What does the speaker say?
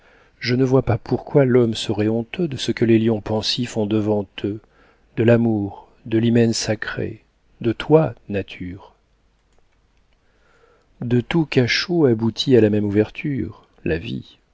je ne vois pas pourquoi l'homme serait honteux de ce que les lions pensifs ont devant eux de l'amour de l'hymen sacré de toi nature tout cachot aboutit à la même ouverture la vie